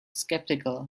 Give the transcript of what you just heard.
skeptical